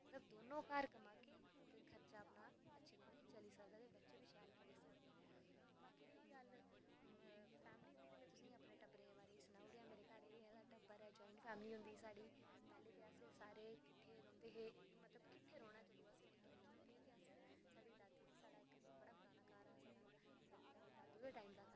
ते जैल्ले दौनों घर कमागे ते खर्चा अपना अच्छे कन्नै चली सकग शैल करियै खाई बाकी रेही गल्ल फैमिली दी ते में तुसेंगी अपने टब्बरै दे बारै च सनाई ओड़ेआ हा ते एह् जेह्ड़ा टब्बर ऐ ज्वाईंट फैमिली होंदी ही साढ़ी ते पैह्लें मतलब की अस किट्ठे रौहंदे हे ते मतलब किट्ठे रौह्ना जंदूं की अस निक्के होंदे हे ते साढ़ी दादी ते साढ़ा बड़ा पराना घर हा ते साढ़े दादू दे टाईम दा घर हा ओह्